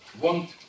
want